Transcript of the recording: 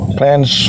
plans